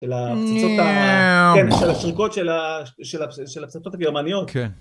של השריקות… ,כן, של השריקות של הפצצות הגרמניות כן